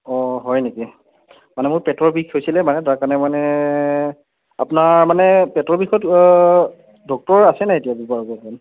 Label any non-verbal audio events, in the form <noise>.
অঁ হয় নেকি মানে মোৰ পেটৰ বিষ হৈছিলে মানে তাৰকাৰণে মানে আপোনাৰ মানে পেটৰ বিষত ডক্টৰ আছে নাই এতিয়া <unintelligible>